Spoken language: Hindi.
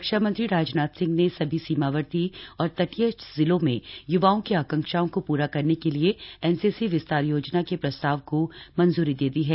रक्षामंत्री राजनाथ सिंह ने सभी सीमावर्ती और तटीय जिलों में युवाओं की आकांक्षाओं को पूरा करने के लिए एनसीसी विस्तार योजना के प्रस्ताव को मंजूरी दे दी है